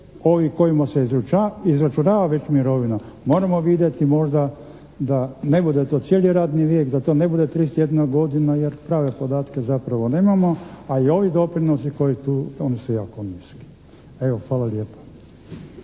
ovi kojima se izračunava već mirovina moramo vidjeti možda da ne bude to cijeli radni vijek, da to ne bude 31 godine jer prave podatke zapravo nemamo a i ovi doprinosi koji su tu oni su jako niski. Evo, hvala lijepa.